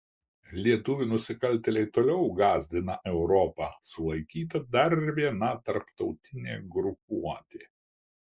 lietuvių nusikaltėliai toliau gąsdina europą sulaikyta dar viena tarptautinė grupuotė